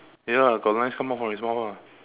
ya lah got lines come out from his mouth ah